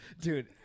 Dude